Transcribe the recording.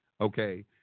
okay